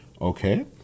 Okay